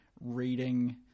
reading